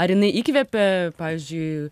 ar jinai įkvepia pavyzdžiui